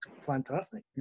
Fantastic